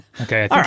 okay